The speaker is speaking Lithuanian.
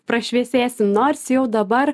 prašviesės nors jau dabar